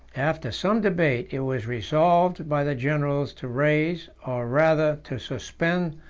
after some debate, it was resolved by the generals to raise, or rather to suspend,